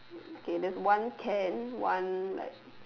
k there's one can one like